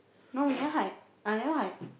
no we never hide I never hide